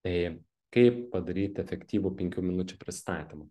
tai kaip padaryt efektyvų penkių minučių pristatymą